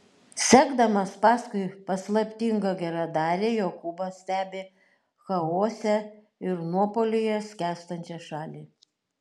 sekdamas paskui paslaptingą geradarį jokūbas stebi chaose ir nuopuolyje skęstančią šalį